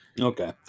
Okay